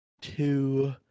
two